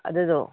ꯑꯗꯨꯗꯣ